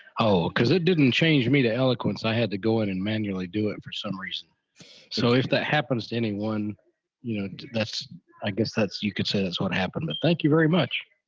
oh cuz it didn't change me to eloquence i had to go in and manually do it for some reason so if that happens to anyone you know that's i guess that's you could say that's what happened but thank you very much.